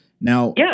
Now